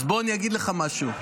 אז בוא אני אגיד לך משהו.